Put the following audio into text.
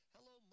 Hello